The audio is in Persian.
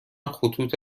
خطوط